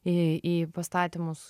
į į pastatymus